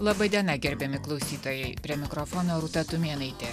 laba diena gerbiami klausytojai prie mikrofono rūta tumėnaitė